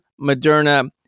Moderna